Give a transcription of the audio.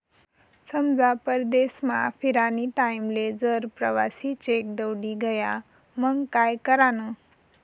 समजा परदेसमा फिरानी टाईमले जर प्रवासी चेक दवडी गया मंग काय करानं?